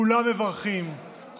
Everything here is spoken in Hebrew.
כולם מברכים,